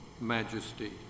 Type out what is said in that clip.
majesty